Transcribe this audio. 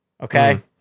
okay